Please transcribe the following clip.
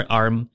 arm